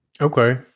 Okay